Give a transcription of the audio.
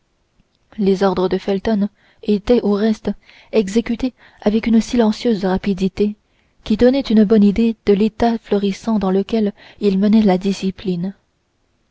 les ordres de felton étaient au reste exécutés avec une silencieuse rapidité qui donnait une bonne idée de l'état florissant dans lequel il maintenait la discipline